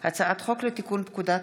בבקשה.